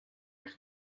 eich